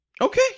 okay